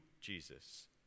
Jesus